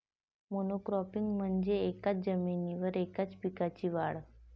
monocropping म्हणजे एकाच जमिनीवर एकाच पिकाची वाढ